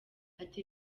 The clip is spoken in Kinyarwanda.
ati